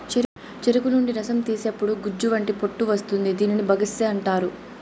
చెరుకు నుండి రసం తీసేతప్పుడు గుజ్జు వంటి పొట్టు వస్తుంది దీనిని బగస్సే అంటారు